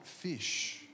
fish